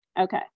Okay